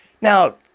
now